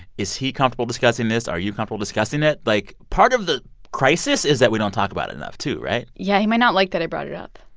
is he comfortable discussing this? are you comfortable discussing it? like, part of the crisis is that we don't talk about it enough, too, right? yeah, he might not like that i brought it up